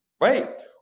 right